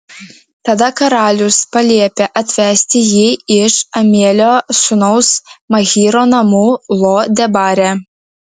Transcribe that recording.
tada karalius paliepė atvesti jį iš amielio sūnaus machyro namų lo debare